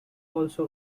also